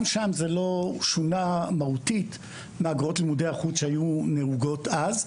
גם שם זה לא שונה מהותית מאגרות לימודי החוץ שהיו נהוגות אז,